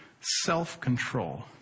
self-control